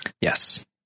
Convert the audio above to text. Yes